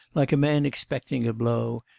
like a man expecting a blow,